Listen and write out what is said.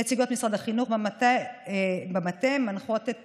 נציגות משרד החינוך במטה מנחות את